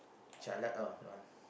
jialat ah the one